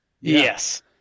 Yes